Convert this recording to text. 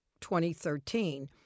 2013